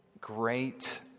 great